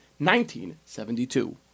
1972